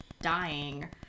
dying